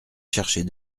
chercher